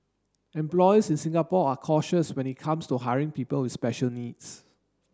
employers in Singapore are cautious when it comes to hiring people with special needs